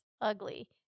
ugly